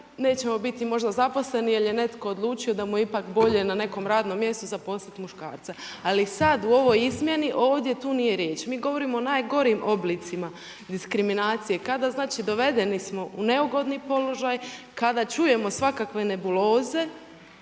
nećemo biti možda zaposleni jel je netko odlučio da mu je ipak bolje na nekom radnom mjestu zaposliti muškarca. Ali sada u ovoj izmjeni ovdje tu nije riječ. Mi govorimo o najgorim oblicima diskriminacije, znači kada smo dovedeni u neugodni položaj, kada čujemo svakakve nebuloze